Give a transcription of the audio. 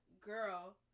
girl